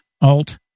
Alt